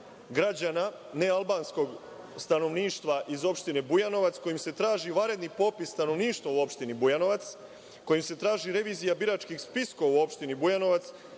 građana nealbanskog stanovništva iz opštine Bujanovac, kojom se traži vanredni popis stanovništva u opštini Bujanovac, kojom se traži revizija biračkih spiskova u opštini Bujanovac,